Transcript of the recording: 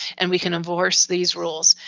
and we can enforce these rules.